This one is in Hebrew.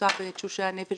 תפוסה בתשושי הנפש